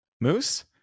Moose